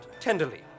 tenderly